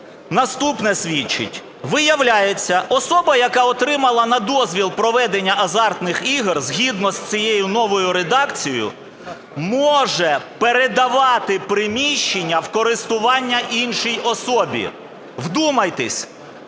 наступне свідчить. Виявляється, особа, яка отримала на дозвіл проведення азартних ігор згідно з цією новою редакцією може передавати приміщення в користування іншій особі. Вдумайтесь!